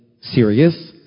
serious